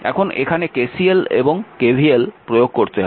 এখন এখানে KCL এবং KVL প্রয়োগ করতে হবে